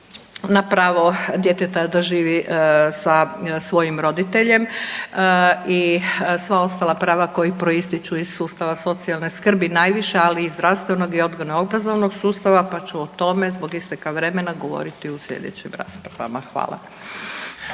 na pravo djeteta da živi sa svojim roditeljem i sva ostala prava koja proističu iz sustava socijalne skrbi najviše, ali i zdravstvenog i odgojno-obrazovnog sustava, pa ću o tome zbog isteka vremena govoriti u sljedećim rasprava. Hvala.